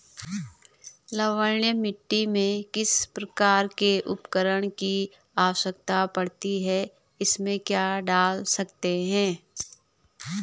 लवणीय मिट्टी में किस प्रकार के उर्वरक की आवश्यकता पड़ती है इसमें क्या डाल सकते हैं?